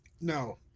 no